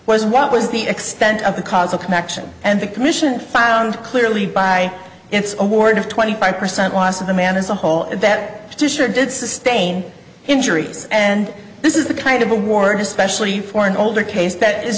was what was the extent of the causal connection and the commission found clearly by its award of twenty five percent loss of the man as a whole and that petitioner did sustain injuries and this is the kind of award especially for an older case that is